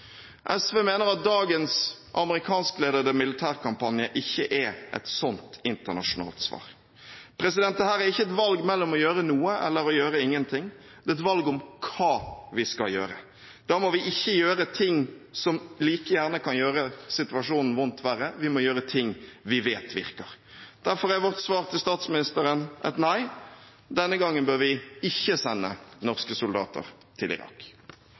SV mener at dagens amerikanskledede militærkampanje ikke er et slikt internasjonalt svar. Dette er ikke et valg mellom å gjøre noe eller å gjøre ingenting, det er et valg om hva vi skal gjøre. Da må vi ikke gjøre ting som like gjerne kan gjøre situasjonen vondt verre, vi må gjøre ting vi vet virker. Derfor er vårt svar til statsministeren nei. Denne gangen bør vi ikke sende norske soldater til Irak.